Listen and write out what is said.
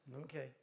Okay